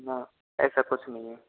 न ऐसा कुछ नहीं है